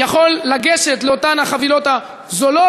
יכול לגשת לאותן החבילות הזולות.